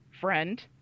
friend